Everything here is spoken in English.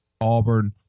Auburn